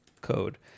Code